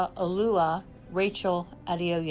ah oreoluwa rachael adeoye yeah